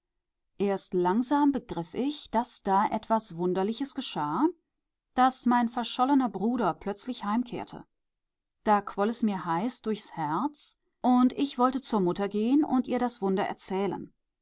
langsam begriff ich daß da etwas wunderliches geschah daß mein verschollener bruder plötzlich heimkehrte da quoll es mir heiß durchs herz und ich wollte zur mutter gehen und ihr das wunder erzählen